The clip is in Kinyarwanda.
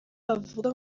bavuga